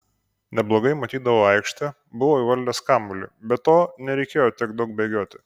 neblogai matydavau aikštę buvau įvaldęs kamuolį be to nereikėjo tiek daug bėgioti